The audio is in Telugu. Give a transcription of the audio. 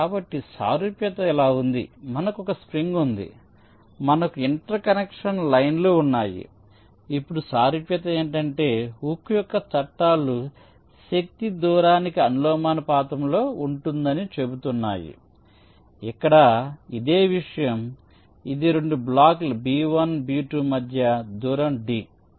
కాబట్టి సారూప్యత ఇలా ఉంది మనకు ఒక స్ప్రింగ్ ఉంది మనకు ఇంటర్ కనెక్షన్ లైన్లు ఉన్నాయి ఇప్పుడు సారూప్యత ఏమిటంటే హుక్ యొక్క చట్టాలు శక్తి దూరానికి అనులోమానుపాతంలో ఉంటుందని చెబుతున్నాయి ఇక్కడ కూడా ఇదే విషయం ఇది రెండు బ్లాక్స్ B1 మరియు B2 మధ్య దూరం d